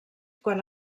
quan